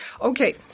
Okay